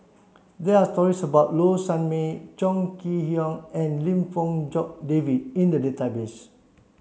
there are stories about Low Sanmay Chong Kee Hiong and Lim Fong Jock David in the database